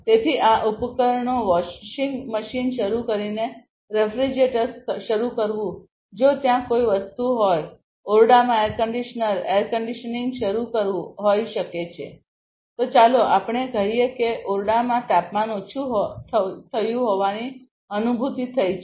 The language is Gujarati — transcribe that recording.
તેથી આ ઉપકરણો વઓશિંગ મશીન શરૂ કરીને રેફ્રિજરેટર શરૂ કરવું જો ત્યાં કોઈ વસ્તુ હોય ઓરડામાં એર કંડિશનરમાં એર કંડિશનિંગ શરૂ કરવું હોઈ શકે છે તો ચાલો આપણે કહીએ કે ઓરડામાં તાપમાન ઓછું થયું હોવાની અનુભૂતિ થઈ છે